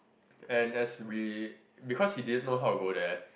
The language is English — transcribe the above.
and as we because he didn't know how to go there